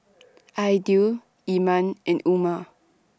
Aidil Iman and Umar